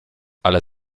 ale